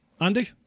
Andy